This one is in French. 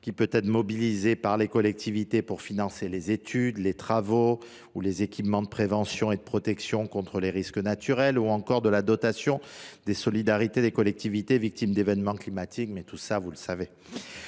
qui peut être mobilisé par les collectivités pour financer les études, les travaux ou les équipements de prévention ou de protection contre les risques naturels, ou encore la dotation de solidarité aux collectivités victimes d’événements climatiques ou géologiques